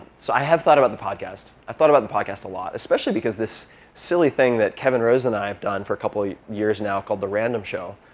so i have thought about the podcast. i've thought about the podcast a lot, especially because this silly thing that kevin rose and i have done for a couple of years now called the random show,